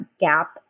gap